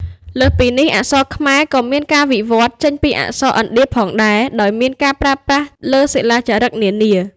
លើសពីនេះ អក្សរខ្មែរក៏មានការវិវត្តន៍ចេញពីអក្សរឥណ្ឌាផងដែរ ដោយមានការប្រើប្រាស់លើសិលាចារឹកនានា។